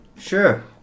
Sure